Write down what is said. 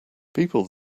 people